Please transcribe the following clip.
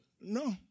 No